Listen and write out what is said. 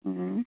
ও